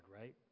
right